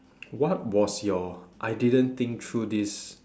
what was your I didn't think through this